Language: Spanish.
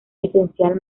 esencial